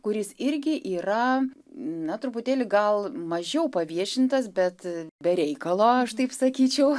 kuris irgi yra na truputėlį gal mažiau paviešintas bet be reikalo aš taip sakyčiau